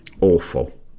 awful